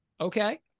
okay